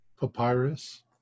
Papyrus